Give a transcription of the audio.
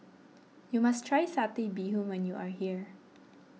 you must try Satay bBee Hoon when you are here